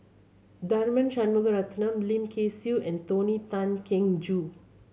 Tharman Shanmugaratnam Lim Kay Siu and Tony Tan Keng Joo